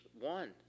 one